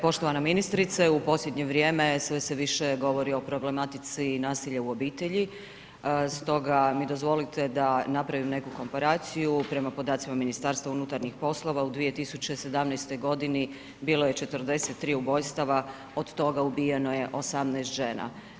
Poštovana ministrice u posljednje vrijeme, sve se više govori o problematici nasilja u obitelji, stoga mi dozvolite da napravim neku … prema podacima Ministarstva unutarnjih poslova, u 2017. g. bilo je 43 ubojstava, od toga ubijeno je 18 žena.